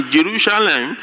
Jerusalem